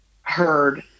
heard